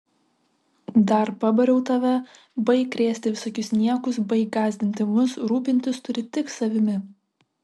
dar pabariau tave baik krėsti visokius niekus baik gąsdinti mus rūpintis turi tik savimi